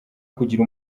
kugira